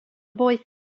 boy